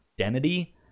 identity